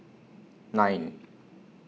nine